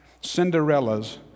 Cinderella's